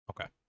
Okay